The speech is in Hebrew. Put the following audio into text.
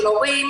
של הורים,